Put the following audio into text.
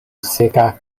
seka